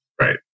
Right